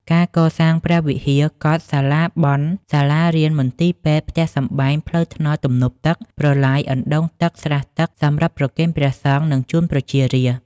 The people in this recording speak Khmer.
ការកសាង ព្រះវិហារ កុដិ សាលាបុណ្យ សាលារៀន មន្ទីរពេទ្យ ផ្ទះសម្បែង ផ្លូវថ្នល់ ទំនប់ទឹក ប្រឡាយ អណ្ដូងទឹក ស្រះទឹក សម្រាប់ប្រគេនព្រះសង្ឃ និងជូនប្រជារាស្ត្រ។